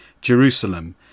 Jerusalem